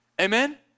Amen